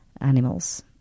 animals